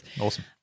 Awesome